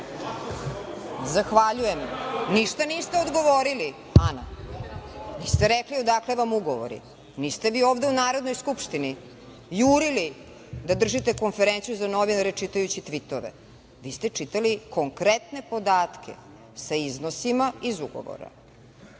Zahvaljujem. Ništa niste odgovorili Ana, niste rekli odakle vam ugovori, niste vi ovde u Narodnoj skupštini jurili da držite Konferenciju za novinare čitajući „tvitove„ vi ste čitali konkretne podatke sa iznosima iz Ugovora